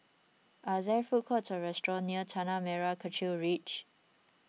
are there food courts or restaurants near Tanah Merah Kechil Ridge